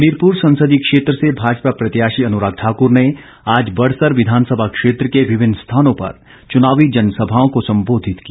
हमीरपुर संसदीय क्षेत्र से भाजपा प्रत्याशी अनुराग ठाक्र ने आज बड़सर विधानसभा क्षेत्र के विभिन्न स्थानों पर चुनावी जनसभाओं को संबोधित किया